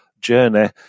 journey